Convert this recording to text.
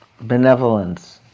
benevolence